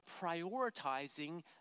prioritizing